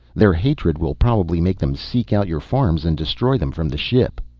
their hatred will probably make them seek out your farms and destroy them from the ship.